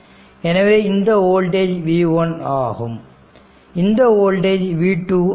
எனவே இந்த voltage V1 ஆகும் இந்த வோல்டேஜ் V2 ஆகும்